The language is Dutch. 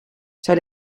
zou